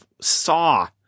saw